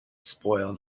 spoil